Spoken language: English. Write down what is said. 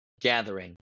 gathering